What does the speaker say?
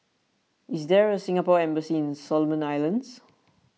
is there a Singapore Embassy in Solomon Islands